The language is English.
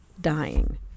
dying